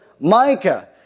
Micah